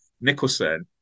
Nicholson